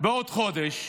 בעוד חודש,